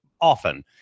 often